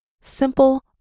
Simple